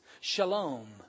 shalom